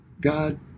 God